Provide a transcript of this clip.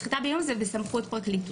סחיטה באיומים זה בסמכות פרקליטות.